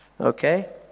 okay